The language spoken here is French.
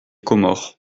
comores